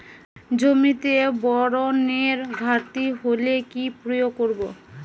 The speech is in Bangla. জমিতে বোরনের ঘাটতি হলে কি প্রয়োগ করব?